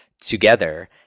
together